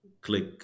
click